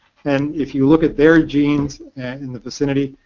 and if you look at their genes and in the vicinity,